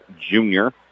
junior